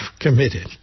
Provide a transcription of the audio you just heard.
committed